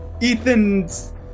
Ethan's